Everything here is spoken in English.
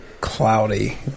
cloudy